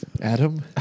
Adam